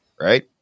right